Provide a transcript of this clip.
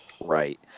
right